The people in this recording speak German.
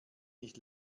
nicht